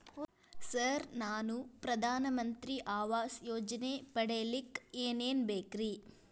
Sir ನಾನು ಪ್ರಧಾನ ಮಂತ್ರಿ ಆವಾಸ್ ಯೋಜನೆ ಪಡಿಯಲ್ಲಿಕ್ಕ್ ಏನ್ ಏನ್ ಬೇಕ್ರಿ?